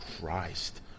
Christ